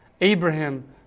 Abraham